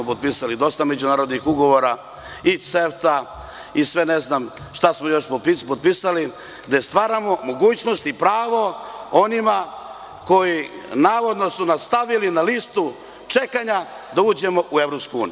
Potpisali smo dosta međunarodnih ugovora i CEFTA i ne znam šta još smo potpisali, gde stvaramo mogućnost i pravo onima koji su nas navodno stavili na listu čekanja da uđemo u EU.